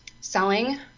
selling